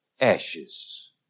Ashes